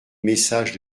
message